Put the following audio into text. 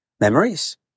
memories